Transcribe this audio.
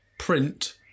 Print